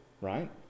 right